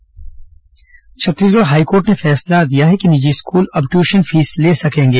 high court फैसला Chhattisgarh high court ने फैसला दिया है कि निजी स्कूल अब ट्यूशन फीस ले सकेंगे